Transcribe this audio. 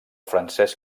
francès